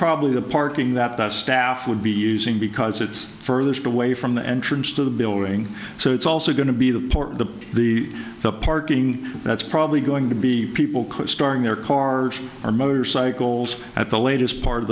probably the parking that that staff would be using because it's further away from the entrance to the building so it's also going to be the the the the parking that's probably going to be people costarring their cars or motorcycles at the latest part of